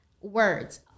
Words